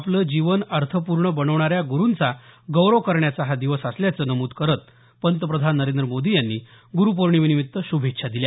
आपलं जीवन अर्थपूर्ण बनवणाऱ्या ग्रुंचा गौरव करण्याचा हा दिवस असल्याच नमूद करत पंतप्रधान नरेंद्र मोदी यांनी गुरुपौर्णिमेनिमित्त शुभेच्छा दिल्या